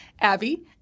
Abby